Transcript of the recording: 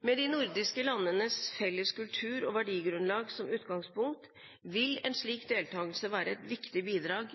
Med de nordiske landenes felles kultur og verdigrunnlag som utgangspunkt, vil en slik deltagelse være et viktig bidrag